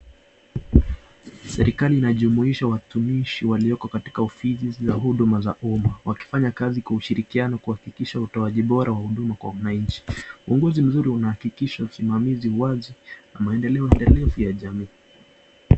Serikali inajumuisha watumishi walioko katika ofisi za huduma za umma wakifanya kazi kwa ushirikiano kuhakikisha utoaji poa wa huduma kwa wananchi. Uongozi mzuri unahakikisha usimamizi wazi na maendeleo vya jamii.